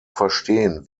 verstehen